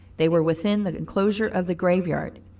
they were within the enclosure of the graveyard.